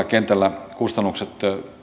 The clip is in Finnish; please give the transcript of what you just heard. kentällä kustannukset